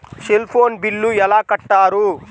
Cell phone bill ఎలా కట్టారు?